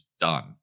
done